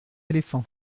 éléphants